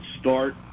start